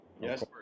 Yes